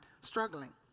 struggling